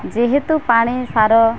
ଯେହେତୁ ପାଣି ସାର